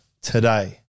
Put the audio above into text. today